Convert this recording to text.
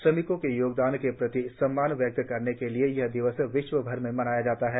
श्रमिकों के योगदान के प्रति सम्मान व्यक्त करने के लिए यह दिवस विश्वभर में मनाया जाता है